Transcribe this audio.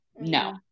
No